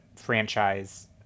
franchise